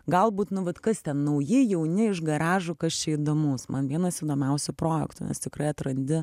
galbūt nu vat kas ten nauji jauni iš garažų kas čia įdomaus man vienas įdomiausių projektų nes tikrai atrandi